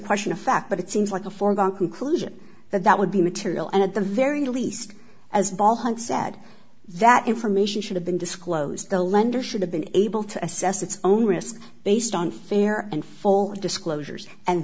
question of fact but it seems like a foregone conclusion that that would be material and at the very least as ball hunt said that information should have been disclosed a lender should have been able to assess its own risk based on fair and full disclosures and